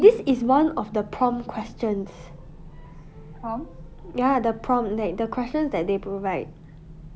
this is one of the prompt questions ya the prompt like the questions that they provide